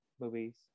movies